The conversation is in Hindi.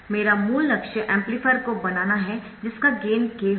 मेरा मूल लक्ष्य एम्पलीफायर को बनाना है जिसका गेन k हो